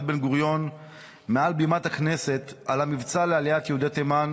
בן-גוריון מעל בימת הכנסת על המבצע להעלאת יהודי תימן,